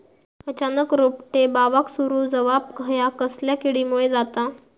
अचानक रोपटे बावाक सुरू जवाप हया कसल्या किडीमुळे जाता?